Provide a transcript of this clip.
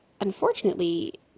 unfortunately